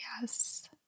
Yes